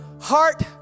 heart